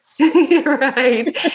Right